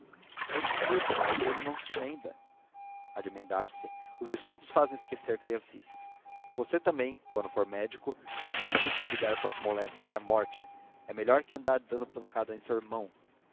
é o que eu digo mas ele não se emenda há de